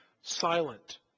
silent